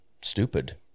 stupid